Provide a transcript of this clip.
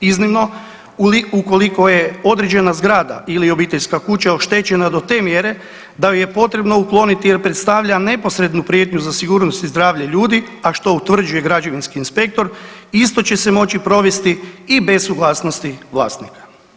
Iznimno, ukoliko je određena zgrada ili obiteljska kuća oštećena do te mjere da ju je potrebno ukloniti jer predstavlja neposrednu prijetnju za sigurnost i zdravlje ljudi, a što utvrđuje građevinski inspektor, isto će se moći provesti i bez suglasnosti vlasnika.